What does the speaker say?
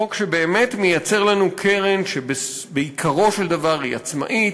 חוק שבאמת מייצר לנו קרן שבעיקרו של דבר היא עצמאית,